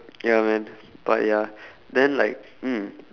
ya man but ya then like mm